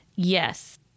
Yes